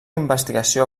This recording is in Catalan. investigació